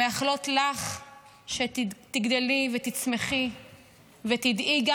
מאחלות לך שתגדלי ותצמחי ותדעי,